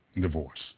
divorce